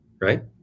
right